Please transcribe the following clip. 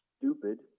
stupid